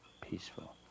peaceful